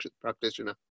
practitioner